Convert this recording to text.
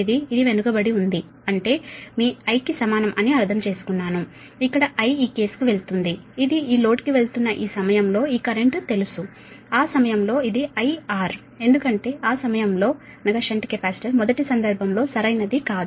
8 ఇది వెనుకబడి ఉంది అంటే మీ I కి సమానం అని అర్థం చేసుకున్నాను ఇక్కడ I ఈ కేసుకు వెళ్తుంది ఇది ఈ లోడ్కి వెళుతున్న ఈ సమయంలో ఈ కరెంట్ తెలుసు ఆ సమయంలో ఇది IR ఎందుకంటే ఆ సమయంలో షంట్ కెపాసిటర్ మొదటి సందర్భంలో సరైనది కాదు